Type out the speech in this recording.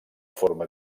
forma